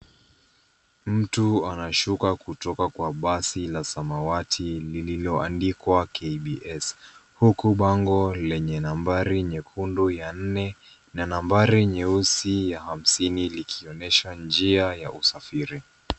Mtu anashuka kutoka kwa basi la samawati lililoandikwa KBS,huku bango lenye nambari nyekundu ya 4,na nambari nyeusi ya 50,likionyesha njia ya usafiri.